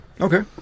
Okay